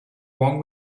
wrong